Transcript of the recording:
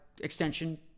extension